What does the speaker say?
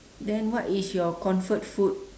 then what is your comfort food